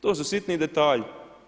To su sitni detalji.